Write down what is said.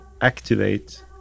activate